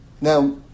Now